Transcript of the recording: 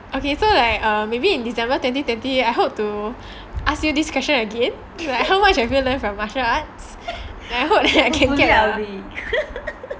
okay so like maybe like in december twenty twenty I hope to ask you this question again like how much have you learnt from martial arts and I hope that I can get a